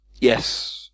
Yes